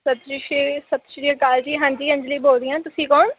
ਸਤਿ ਸ਼੍ਰੀ ਸਤਿ ਸ਼੍ਰੀ ਅਕਾਲ ਜੀ ਹਾਂ ਜੀ ਅੰਜਲੀ ਬੋਲ ਰਹੀ ਹਾਂ ਤੁਸੀਂ ਕੌਣ